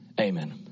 amen